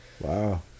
Wow